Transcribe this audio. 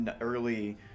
early